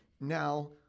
now